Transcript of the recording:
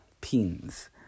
pins